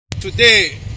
Today